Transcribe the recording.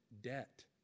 debt